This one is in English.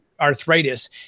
arthritis